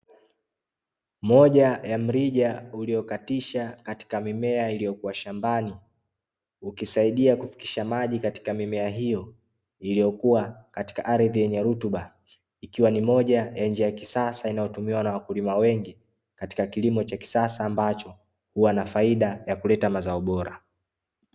Moja ya mrija uliokatisha katika mimea iliyokuwa shambani, ikisaidia kupitisha maji katika mimea hiyo, iliyokuwa katika ardhi yenye rutuba, ikiwa ni moja ya njia ya kisasa inayotumiwa na wakulima wengi katika kilimo cha kisasa ambacho huwa na faida ya kuleta mazao bora.